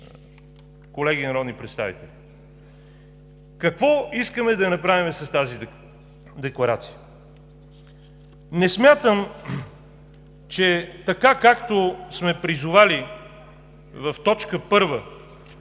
колеги народни представители, какво искаме да направим с тази декларация? Не смятам, че така, както сме призовали в точка първа